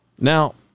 now